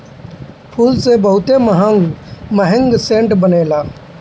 फूल से बहुते महंग महंग सेंट बनेला